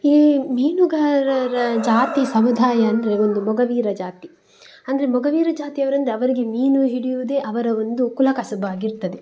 ಈ ಮೀನುಗಾರರ ಜಾತಿ ಸಮುದಾಯ ಅಂದರೆ ಮೊಗವೀರ ಜಾತಿ ಅಂದರೆ ಮೊಗವೀರ ಜಾತಿಯವರಂದರೆ ಅವರಿಗೆ ಮೀನು ಹಿಡಿಯುವುದೆ ಅವರ ಒಂದು ಕುಲ ಕಸುಬಾಗಿರ್ತದೆ